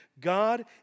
God